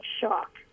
shock